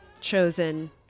chosen